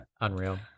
Unreal